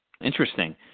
Interesting